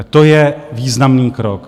To je významný krok.